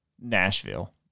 Nashville